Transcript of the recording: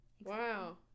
wow